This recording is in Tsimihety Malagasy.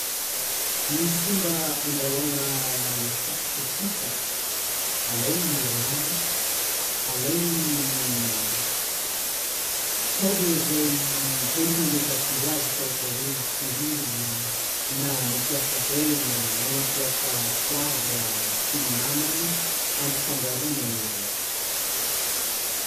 Ny fomba andrahoana lasopy tsotsotra, alaigny ny rano, alaigny ny fitaovana zay hentiny nde hampatsiro azy asa ohatra hoe tongolo na mampiasa hena na mampiasa poavra sy ny namany ampifangarony aminazy.